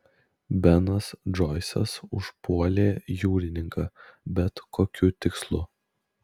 benas džoisas užpuolė jūrininką bet kokiu tikslu